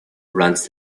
runs